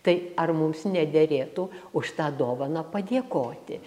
tai ar mums nederėtų už tą dovaną padėkoti